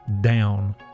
down